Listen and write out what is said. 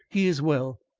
he is well.